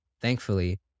Thankfully